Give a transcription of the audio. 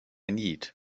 need